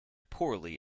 poorly